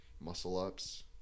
muscle-ups